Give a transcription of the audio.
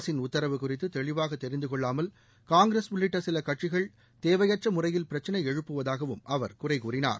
அரசின் உத்தரவு குறித்து தெளிவாக தெரிந்தகொள்ளாமல் காங்கிரஸ் உள்ளிட்ட சில கட்சிகள் தேவையற்ற முறையில் பிரச்சினை எழுப்புவதாகவும் அவர் குறை கூறினார்